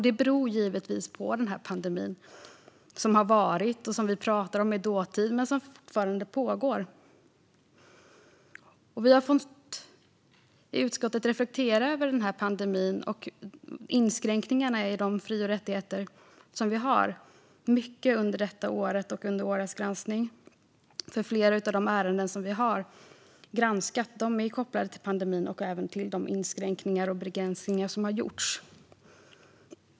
Det beror givetvis på den pandemi som har varit och som vi pratar om i dåtid men som fortfarande pågår. I utskottet har vi under detta år och i årets granskning fått reflektera mycket över pandemin och inskränkningarna i våra fri och rättigheter. Flera av de ärenden som vi har granskat är kopplade till pandemin och de inskränkningar och begränsningar som har gjorts.